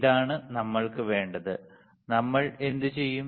ഇതാണ് നമ്മൾക്ക് വേണ്ടത് നമ്മൾ എന്തു ചെയ്യും